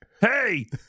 Hey